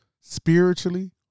spiritually